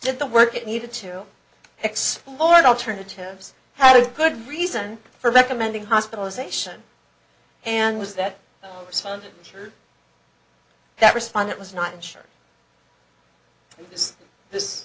did the work it needed to explore and alternatives had a good reason for recommending hospitalization and was that it was found that respondent was not insured